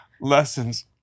lessons